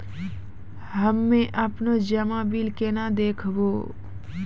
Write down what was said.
हम्मे आपनौ जमा बिल केना देखबैओ?